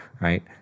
right